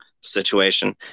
situation